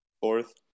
Fourth